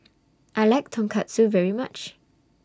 I like Tonkatsu very much